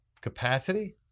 capacity